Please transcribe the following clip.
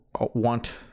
want